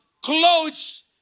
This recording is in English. clothes